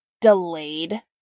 delayed